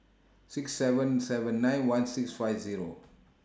six seven seven nine one six five Zero